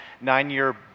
nine-year